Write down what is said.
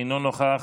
אינו נוכח,